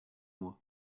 mois